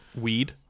Weed